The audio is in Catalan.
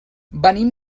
venim